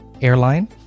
airline